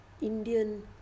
Indian